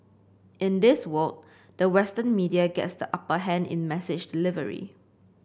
in this world the Western media gets the upper hand in message delivery